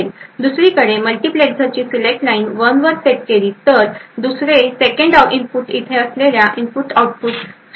दुसरीकडे जर मल्टीप्लेझरची सिलेक्ट लाइन1 वर सेट केली असेल तर दुसरे इनपुट येथे असलेल्या इनपुट आऊटपुटवर स्विच केले जाईल